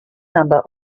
number